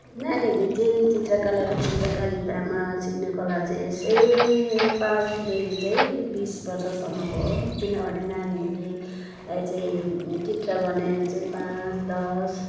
नानीहरूले चाहिँ चित्रकला र चित्रकारितामा सिक्ने कला चाहिँ यसै पाँचदेखि चाहिँ बिस वर्षसम्मको हो किनभने नानीहरूलाई चाहिँ चित्र गर्ने चाहिँ पाँच दस